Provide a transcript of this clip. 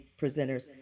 presenters